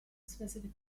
specific